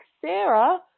Sarah